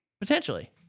Potentially